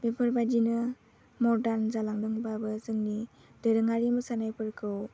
बेफोर बायदिनो मर्डान जालांदोंबाबो जोंनि दोरोङारि मोसानायफोरखौ